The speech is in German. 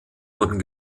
wurden